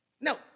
No